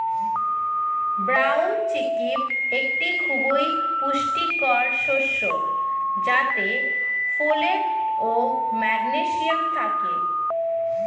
brown chickpea একটি খুবই পুষ্টিকর শস্য যাতে ফোলেট ও ম্যাগনেসিয়াম থাকে